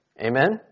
Amen